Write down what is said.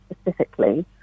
specifically